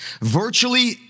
Virtually